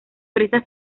presta